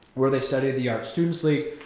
where they studied at the art students league.